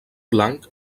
blanc